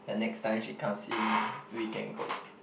the next time she comes in we can go